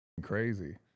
crazy